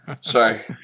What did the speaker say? sorry